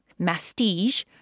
Mastige